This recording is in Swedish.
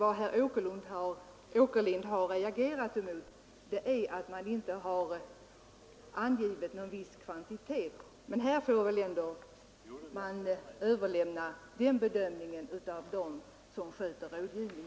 Vad herr Åkerlind reagerat mot är tydligen att utskottet inte har angivit någon viss kvantitet. Men den bedömningen får väl ändå överlämnas till dem som sköter denna rådgivning.